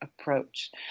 approach